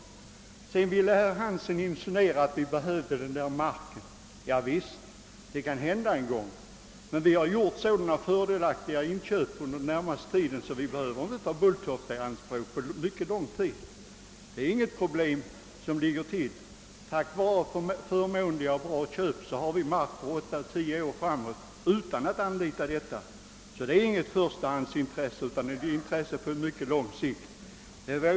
Herr Hansson i Skegrie ville insinuera att vi behöver marken. Ja, det kan hända att vi behöver den en gång, men vi har gjort så stora och fördelaktiga markköp att vi inte behöver ta Bulltofta i anspråk på mycket lång tid. Tack vare dessa förmånliga köp har vi mark för 8—10 år framåt utan att anlita Bulltofta. Det är alltså inget förstahandsintresse utan ett intresse på lång sikt att kunna ta Bulltofta i anspråk.